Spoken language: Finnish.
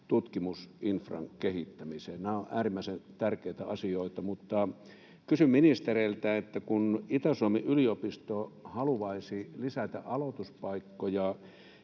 tutkimusinfran kehittämiseen. Nämä ovat äärimmäisen tärkeitä asioista, mutta kysyn ministereiltä, että kun Itä-Suomen yliopisto haluaisi lisätä aloituspaikkoja